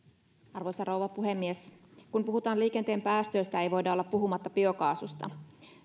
arvoisa rouva puhemies kun puhutaan liikenteen päästöistä ei voida olla puhumatta biokaasusta